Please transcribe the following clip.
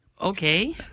Okay